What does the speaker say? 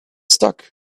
stuck